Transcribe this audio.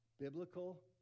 biblical